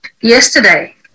yesterday